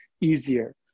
easier